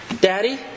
Daddy